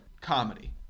comedy